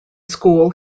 school